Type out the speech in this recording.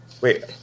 wait